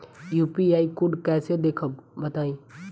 UPI code कैसे देखब बताई?